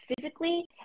physically